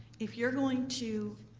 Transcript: if you're going to